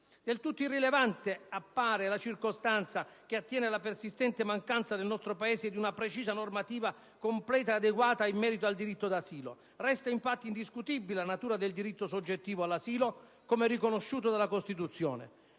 Del tutto irrilevante appare la circostanza che attiene alla persistente mancanza nel nostro Paese di una normativa precisa, completa ed adeguata in merito al diritto di asilo. Resta infatti indiscutibile la natura del diritto soggettivo all'asilo, come riconosciuto dalla Costituzione,